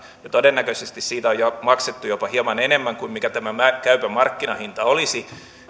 ja todennäköisesti siitä on maksettu jopa hieman enemmän kuin mikä tämä käypä markkinahinta olisi